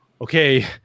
okay